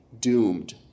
doomed